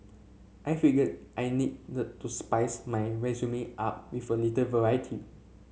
I figured I need to spice my resume up with a little variety